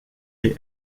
des